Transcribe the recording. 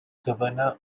governor